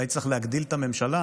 אולי צריך להגדיל את הממשלה,